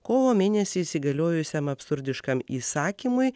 kovo mėnesį įsigaliojusiam absurdiškam įsakymui